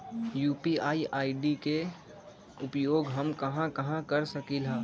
UPI ID के उपयोग हम कहां कहां कर सकली ह?